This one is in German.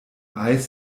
eis